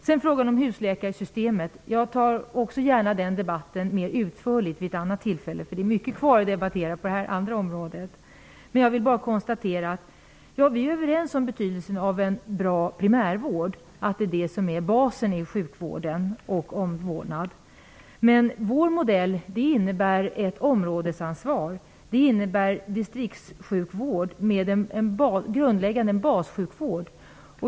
När det gäller husläkarsystemet tar också jag gärna en debatt, men då mera utförligt och vid ett annat tillfälle. Det finns nämligen mycket kvar att debattera på det andra området. Ja, vi är överens om betydelsen av en bra primärvård. Det är det som är basen i sjukvården och i fråga om omvårdnaden. Men vår modell innebär ett områdesansvar. Den innebär distriktssjukvård med en bassjukvård.